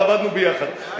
ועבדנו ביחד,